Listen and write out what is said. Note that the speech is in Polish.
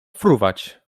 fruwać